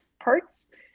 parts